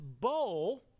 bowl